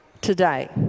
today